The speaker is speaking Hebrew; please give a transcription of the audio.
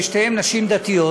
ושתיהן נשים דתיות,